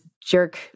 jerk